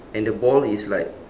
and the ball is like